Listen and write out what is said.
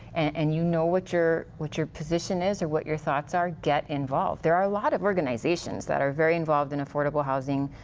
and you know what your what your position is or what your thoughts are, get involved. there are a lot of organizations that are very involved in affordable housing.